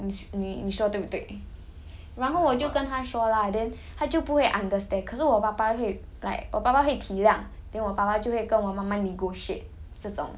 你长大了去 camp 有什么什么用你你你说对不对然后我就跟她说 lah then 她就不会 understand 可是我爸爸会 like 我爸爸会体谅